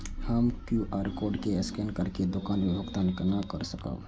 हम QR code scan करके दुकान में भुगतान केना कर सकब?